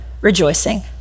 rejoicing